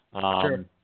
Sure